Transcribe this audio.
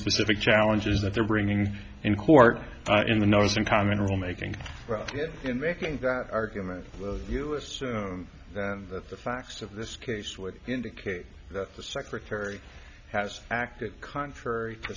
specific challenges that they're bringing in court in the notice and comment rule making in making that argument you assume that the facts of this case would indicate that the secretary has acted contrary to